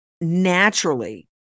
naturally